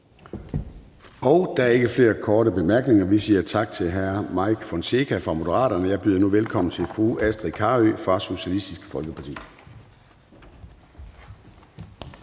Der er ingen korte bemærkninger. Vi siger tak til hr. Henrik Rejnholdt Andersen fra Moderaterne. Jeg byder velkommen til hr. Karsten Hønge fra Socialistisk Folkeparti.